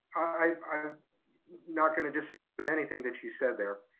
i'm i'm not going to disagree with anything that you said there,